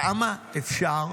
כמה אפשר?